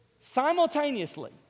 simultaneously